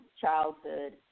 childhood